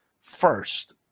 First